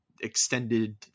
extended